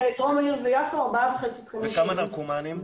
וכמה נרקומנים?